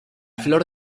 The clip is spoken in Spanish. flor